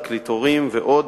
תקליטורים ועוד,